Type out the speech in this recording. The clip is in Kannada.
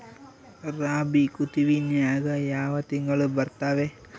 ರಾಬಿ ಋತುವಿನ್ಯಾಗ ಯಾವ ತಿಂಗಳು ಬರ್ತಾವೆ?